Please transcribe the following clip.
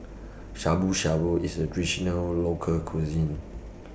Shabu Shabu IS A Traditional Local Cuisine